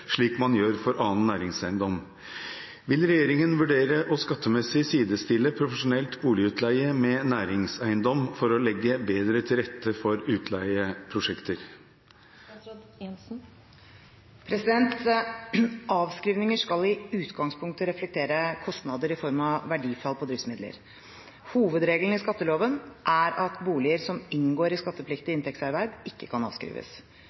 slik man gjør for annen næringseiendom. Vil regjeringen vurdere å skattemessig sidestille profesjonelt boligutleie med næringseiendom for å legge bedre til rette for utleieprosjekter?» Avskrivninger skal i utgangspunktet reflektere kostnader i form av verdifall på driftsmidler. Hovedregelen i skatteloven er at boliger som inngår i skattepliktig inntektserverv, ikke kan avskrives.